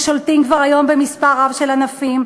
ששולטים כבר היום במספר רב של ענפים,